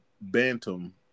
bantam